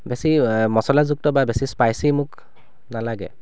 বেছি মছলাযুক্ত বা বেছি স্পাইচি মোক নালাগে